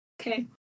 okay